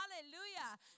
Hallelujah